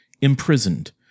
imprisoned